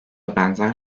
benzer